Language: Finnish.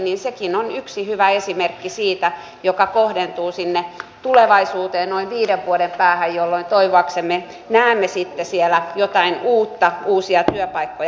sekin on yksi hyvä esimerkki siitä joka kohdentuu sinne tulevaisuuteen noin viiden vuoden päähän jolloin toivoaksemme näemme sitten siellä jotain uutta uusia työpaikkoja